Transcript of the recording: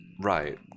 Right